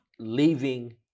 leaving